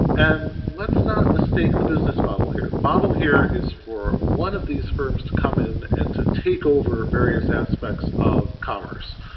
and let's not mistake the business model here. the model here is for one of these firms to come in and to take over various aspects of commerce,